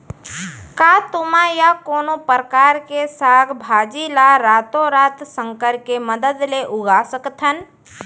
का तुमा या कोनो परकार के साग भाजी ला रातोरात संकर के मदद ले उगा सकथन?